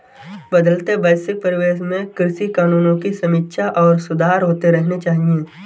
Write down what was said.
बदलते वैश्विक परिवेश में कृषि कानूनों की समीक्षा और सुधार होते रहने चाहिए